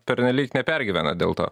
pernelyg nepergyvenat dėl to